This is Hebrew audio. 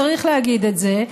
צריך להגיד את זה,